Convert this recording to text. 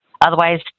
Otherwise